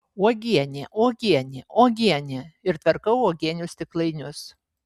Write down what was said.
uogienė uogienė uogienė ir tvarkau uogienių stiklainius